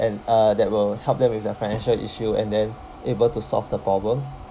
and uh that will help them with their financial issue and then able to solve the problem